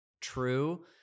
true